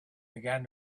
began